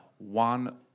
One